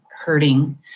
hurting